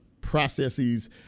processes